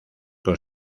con